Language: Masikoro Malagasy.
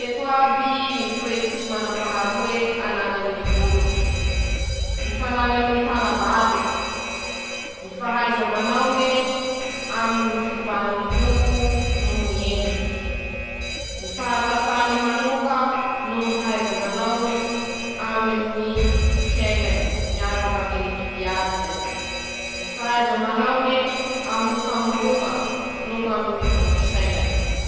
<...>Ndreto aby ñy hevi-diso mikasiky ñy piso: -Ñy piso tsy manam-pitiava, -Ñy piso o tsy mahay ñ'añarany, -Ñy piso tsy azo ampiasa aminy ñy fiarova, -Ñy piso tsy manam-pahendrea, -Manahaky anizao ñy piso tsy mana-danja aminy ñ'olombelo<...>.